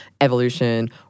evolution